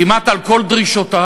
כמעט על כל דרישותיו,